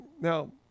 now